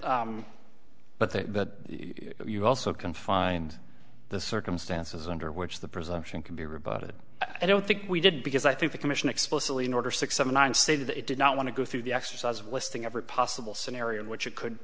that but that you also can find the circumstances under which the presumption can be rebutted i don't think we did because i think the commission explicitly in order six seven nine stated that it did not want to go through the exercise of listing every possible scenario in which it could